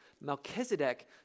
Melchizedek